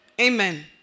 Amen